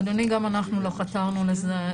אדוני, גם אנחנו לא חתרנו לזה.